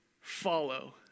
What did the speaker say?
follow